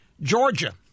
Georgia